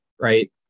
right